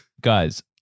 guys